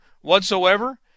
whatsoever